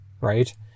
right